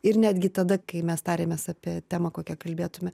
ir netgi tada kai mes tarėmės apie temą kokia kalbėtume